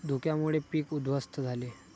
धुक्यामुळे पीक उध्वस्त झाले